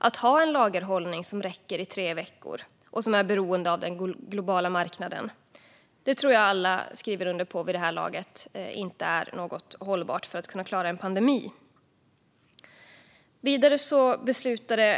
Att ha en lagerhållning som räcker i tre veckor och som är beroende av den globala marknaden är inte något som är hållbart för att klara en pandemi; det tror jag att alla skriver under på vid det här laget.